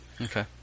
Okay